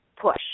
Push